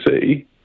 see